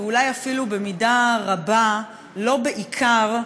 ואולי אפילו במידה רבה לא בעיקר,